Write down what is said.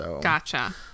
Gotcha